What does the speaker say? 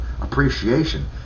appreciation